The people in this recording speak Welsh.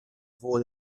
fwy